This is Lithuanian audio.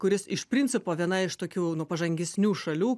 kuris iš principo viena iš tokių nu pažangesnių šalių